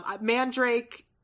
Mandrake